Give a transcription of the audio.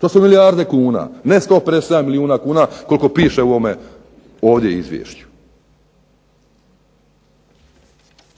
to su milijarde kuna. Ne 157 milijuna kuna koliko piše u ovom izvješću.